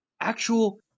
actual